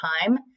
time